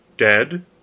dead